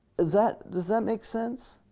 does that does that make sense?